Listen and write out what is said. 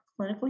clinically